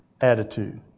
attitude